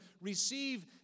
receive